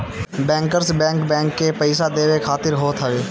bankers bank, bank के पईसा देवे खातिर होत हवे